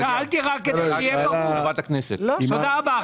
תודה רבה.